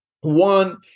One